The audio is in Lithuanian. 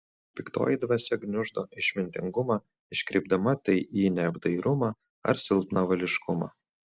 piktoji dvasia gniuždo išmintingumą iškreipdama tai į neapdairumą ar silpnavališkumą